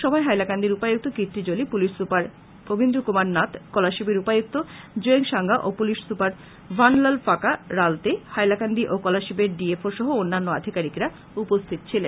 সভায় হাইলাকান্দির উপায়ুক্ত কীর্তি জলী পুলিশ সুপার পবীন্দ্র কুমার নাথ কলাশিবের উপায়ুক্ত জোয়েংসাঙ্গা ও পুলিশ সুপার ভানলালফাকা রালতে হাইলাকান্দি ও কলাশিবের ডি এফ ও সহ অন্যান্য আধিকারীকরা উপস্থিত ছিলেন